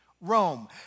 Rome